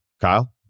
Kyle